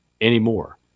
anymore